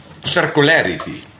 circularity